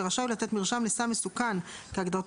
ורשאי הוא לתת מרשם לסם מסוכן כהגדרתו